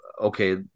okay